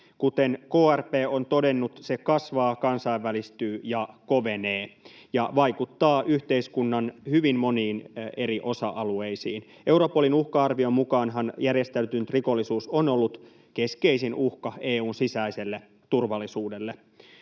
Kuten krp on todennut, se kasvaa, kansainvälistyy ja kovenee, ja vaikuttaa yhteiskunnan hyvin moniin eri osa-alueisiin. Europolin uhka-arvion mukaanhan järjestäytynyt rikollisuus on ollut keskeisin uhka EU:n sisäiselle turvallisuudelle.